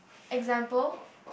example